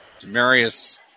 Demarius